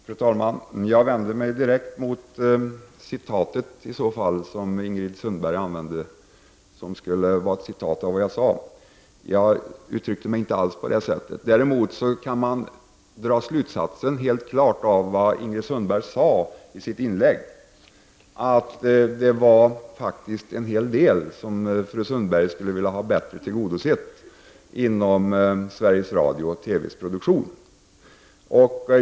Fru talman! Jag vänder mig direkt mot det citat av vad jag skulle ha sagt som Ingrid Sundberg anförde. Jag uttryckte mig inte alls på det sättet. Däremot kan man dra slutsatsen av vad Ingrid Sundberg sade i sitt inlägg, att det var en hel del som Ingrid Sundberg skulle vilja ha bättre tillgodosett inom Sveriges Radio/TVs produktion.